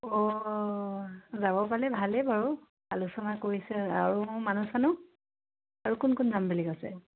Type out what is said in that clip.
অঁ যাব পালে ভালেই বাৰু আলোচনা কৰিছে আৰু মানুহ চানুহ আৰু কোন কোন যাম বুলি কৈছে